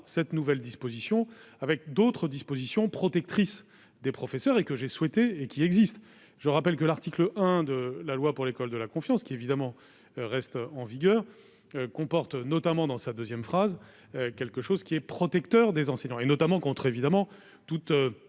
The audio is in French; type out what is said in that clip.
cette nouvelle disposition avec d'autres dispositions protectrices des professeurs et que j'ai souhaité et qui existe, je rappelle que l'article 1 de la loi pour l'école de la confiance qui, évidemment, reste en vigueur, comporte notamment dans sa 2ème phrase quelque chose qui est protecteur des enseignants et notamment contre évidemment toute